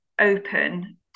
open